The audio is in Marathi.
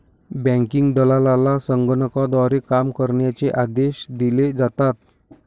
बँकिंग दलालाला संगणकाद्वारे काम करण्याचे आदेश दिले जातात